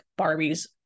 Barbies